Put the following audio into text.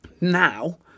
Now